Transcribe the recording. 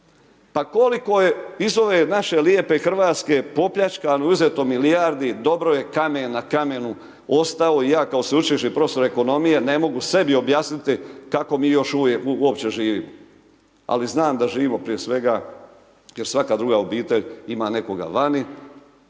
Pa koliko je iz ove naše lijepe Hrvatske popljačkano i uzeto milijardi dobro je kamen na kamenu ostao i ja kao sveučilišni profesor ekonomije ne mogu sebi objasniti kako mi još uvijek uopće živimo. Ali, znam da živimo prije svega, jer svaka druga obitelj ima nekoga vani,